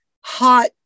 hot